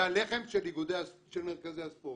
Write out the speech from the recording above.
זה הלחם של מרכזי הספורט.